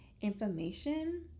information